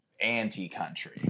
anti-country